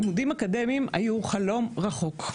לימודים אקדמיים היו חלום רחוק,